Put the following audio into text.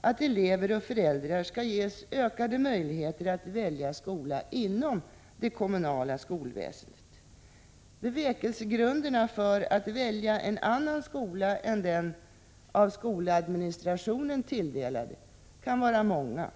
att elever och föräldrar skall ges ökade möjligheter att välja skola inom det kommunala skolväsendet. Bevekelsegrunderna för att välja en annan skola än den av skoladministrationen tilldelade kan vara många.